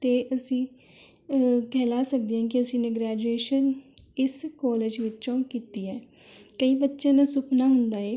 ਅਤੇ ਅਸੀਂ ਕਹਿਲਾ ਸਕਦੇ ਕਿ ਅਸੀਂ ਨੇ ਗ੍ਰੈਜੂਏਸ਼ਨ ਇਸ ਕਾਲਜ ਵਿੱਚੋਂ ਕੀਤੀ ਹੈ ਕਈ ਬੱਚਿਆਂ ਦਾ ਸੁਪਨਾ ਹੁੰਦਾ ਹੈ